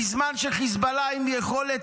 בזמן שחיזבאללה עם יכולת,